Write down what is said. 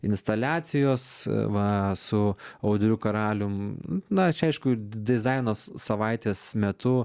instaliacijos va su audriu karalium na čia aišku dizaino savaitės metu